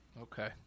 Okay